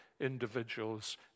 individuals